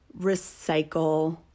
recycle